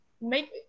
make